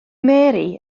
mary